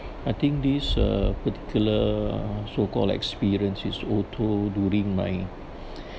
I think this uh particular uh so call experience is also during my